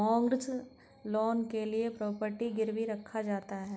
mortgage loan के लिए property गिरवी रखा जाता है